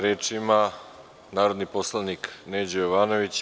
Reč ima narodni poslanik Neđo Jovanović.